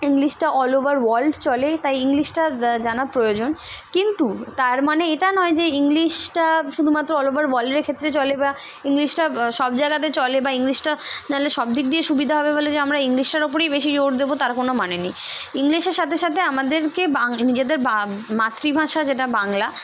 ইংলিশটা all over world চলে তাই ইংলিশটা জানার প্রয়োজন কিন্তু তার মানে এটা নয় যে ইংলিশটা শুধুমাত্র অল ওভার ওয়ার্ল্ডের ক্ষেত্রে চলে বা ইংলিশটা সব জায়গাতে চলে বা ইংলিশটা নাহলে সব দিক দিয়ে সুবিধা হবে বলে যে আমরা ইংলিশটার ওপরেই বেশি জোর দেবো তার কোনো মানে নেই ইংলিশের সাথে সাথে আমাদেরকে নিজেদের বা মাতৃভাষা যেটা বাংলা